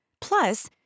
Plus